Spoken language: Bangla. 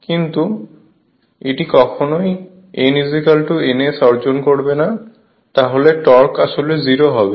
কিন্তু এটি কখনই n ns অর্জন করবে না তাহলে টর্ক আসলে 0 হবে